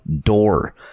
door